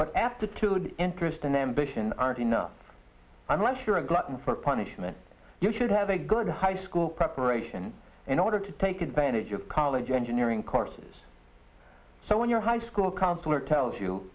today interest in ambition aren't enough unless you're a glutton for punishment you should have a good high school preparation in order to take advantage of college engineering courses so when your high school counselor tells you